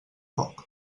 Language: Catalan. poc